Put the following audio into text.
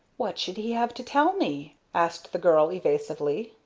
what should he have to tell me? asked the girl, evasively.